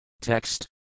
Text